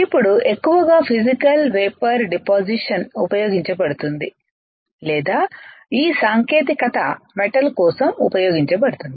ఇప్పుడు ఎక్కువగా physical vapour deposition ఉపయోగించబడుతుంది లేదా ఈ సాంకేతికత మెటల్ కోసం ఉపయోగించబడుతుంది